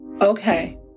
Okay